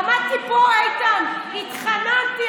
עמדתי פה, איתן, התחננתי.